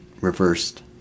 reversed